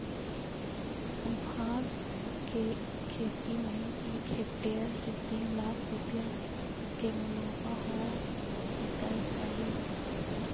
भाँग के खेती में एक हेक्टेयर से तीन लाख रुपया के मुनाफा हो सकऽ हइ